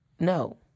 No